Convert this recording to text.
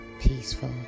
peaceful